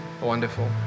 Wonderful